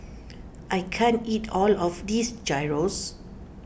I can't eat all of this Gyros